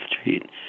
street